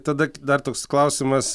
tada dar toks klausimas